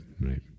right